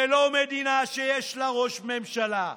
ולא מדינה שיש לה ראש ממשלה.